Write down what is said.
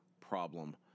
problem